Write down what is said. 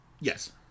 Yes